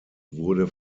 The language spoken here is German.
wurde